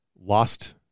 lost